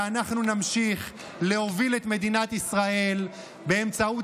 ואנחנו נמשיך להוביל את מדינת ישראל באמצעות